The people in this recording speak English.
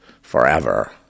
forever